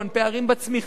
פערים בצמיחה,